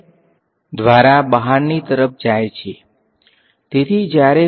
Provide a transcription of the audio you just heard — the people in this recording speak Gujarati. Let us call it n 1 ok and let us call this ok